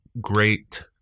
great